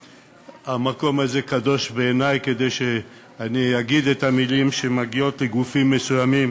המקום הזה קדוש בעיני מכדי שאגיד את המילים שמגיעות לגופים מסוימים,